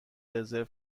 رزرو